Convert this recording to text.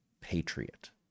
patriot